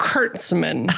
Kurtzman